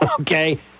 Okay